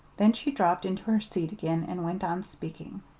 then she dropped into her seat again and went on speaking.